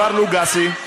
עבר לוגאסי,